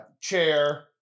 chair